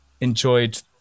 enjoyed